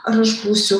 ar aš būsiu